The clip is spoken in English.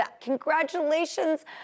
congratulations